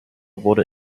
wurde